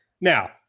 Now